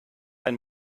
ein